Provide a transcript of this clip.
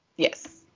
Yes